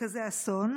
לכזה אסון?